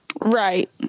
Right